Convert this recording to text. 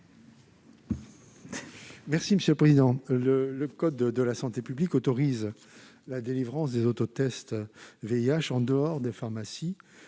de la commission ? Le code de la santé publique autorise la délivrance des autotests VIH en dehors des pharmacies,